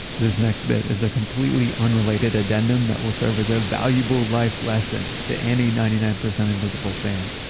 this next bit is a completely unrelated addendum that will serve as a valuable life lesson to any ninety nine percent invisible fan.